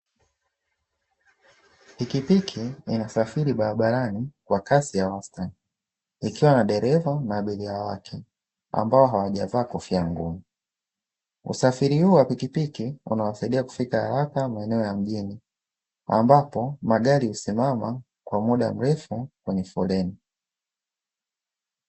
Pikipiki inasafiri barabara kwa kasi ya wastani ikiwa na dereva na abiria wake ambao hawaja vaa kofia ngumu. Usafiri huu wa pikipiki unawasaidia kufika haraka maeneo ya mjini ambapo magari husimama kwa muda mrefu kwenye foleni.